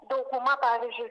dauguma pavyzdžiui